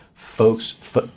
Folks